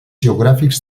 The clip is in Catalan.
geogràfics